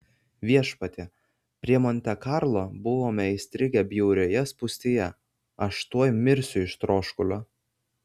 viešpatie prie monte karlo buvome įstrigę bjaurioje spūstyje aš tuoj mirsiu iš troškulio